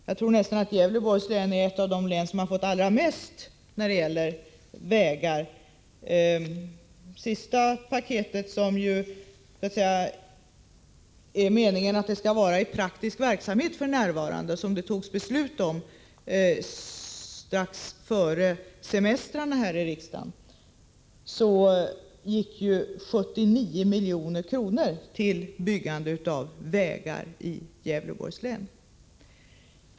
Jag tror att Gävleborgs län är ett av de län som har fått allra mest när det gäller vägbyggen. I det paket som skall vara det sista i praktisk verksamhet f.n. och som det fattades beslut om strax före semestrarna här i riksdagen, gick 79 milj.kr. till byggande av vägar i Gävleborgs län.